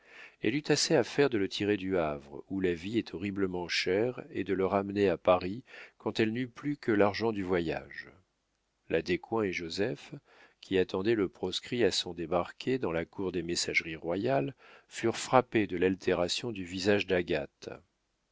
elle eut assez à faire de le tirer du havre où la vie est horriblement chère et de le ramener à paris quand elle n'eut plus que l'argent du voyage la descoings et joseph qui attendaient le proscrit à son débarquer dans la cour des messageries royales furent frappés de l'altération du visage d'agathe